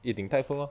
eat 鼎泰丰 lor